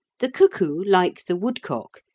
the cuckoo, like the woodcock,